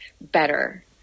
better